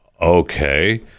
okay